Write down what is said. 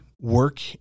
work